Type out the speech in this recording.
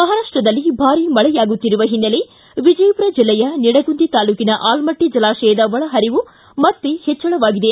ಮಹಾರಾಪ್ಟದಲ್ಲಿ ಭಾರಿ ಮಳೆಯಾಗುತ್ತಿರುವ ಹಿನ್ನೆಲೆ ವಿಜಯಪುರ ಜಿಲ್ಲೆಯ ನಿಡಗುಂದಿ ತಾಲೂಕಿನ ಆಲಮಟ್ಟಿ ಜಲಾಶಯದ ಒಳಹರಿವು ಮತ್ತೆ ಹೆಚ್ಚಳವಾಗಿದೆ